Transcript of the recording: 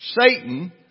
Satan